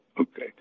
Okay